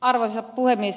arvoisa puhemies